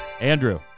Andrew